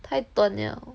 太短了